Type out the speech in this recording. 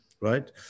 right